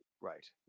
Right